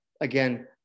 again